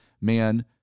man